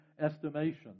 estimation